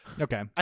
Okay